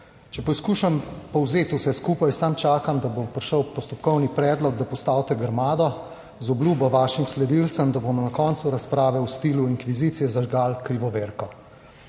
Če poskušam povzeti vse skupaj, samo čakam, da bo prišel postopkovni predlog, da postavite grmado z obljubo vašim sledilcem, da bomo na koncu razprave v stilu inkvizicije zažgali krivo Verko.